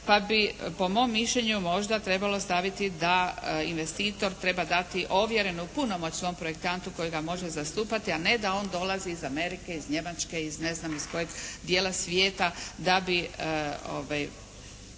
pa bi po mom mišljenju možda trebalo staviti da investitor treba dati ovjerenu punomoć svom projektantu koji ga može zastupati a ne da on dolazi iz Amerike, iz Njemačke, iz ne znam iz kojeg dijela svijeta da bi,